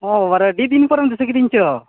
ᱦᱚᱸ ᱵᱟᱵᱟᱨᱮ ᱟ ᱰᱤᱫᱤᱱ ᱯᱚᱨᱮᱢ ᱫᱤᱥᱟ ᱠᱤᱫᱤᱧ ᱪᱚ